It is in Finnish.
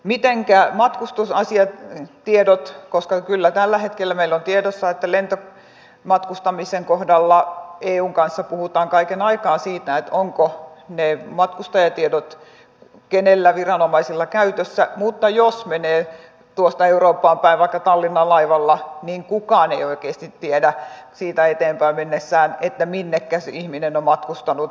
mitenkä matkustusasiat tiedot koska kyllä tällä hetkellä meillä on tiedossa että lentomatkustamisen kohdalla eun kanssa puhutaan kaiken aikaa siitä ovatko ne matkustajatiedot viranomaisilla käytössä mutta jos menee tuosta eurooppaan päin vaikka tallinnaan laivalla niin kukaan ei oikeasti tiedä minnekä se ihminen on siitä eteenpäin mennessään matkustanut